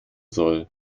soll